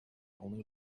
only